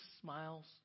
smiles